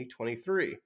2023